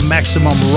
Maximum